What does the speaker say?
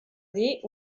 dir